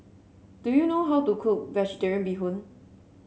do you know how to cook vegetarian Bee Hoon